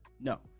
No